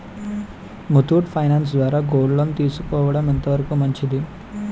Muthoot finance ద్వారా gold loan తీసుకోవడం ఎంత వరకు మంచిది?